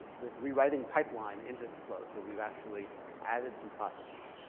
this rewriting pipeline into the flow. so we've actually added some processing.